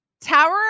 Tower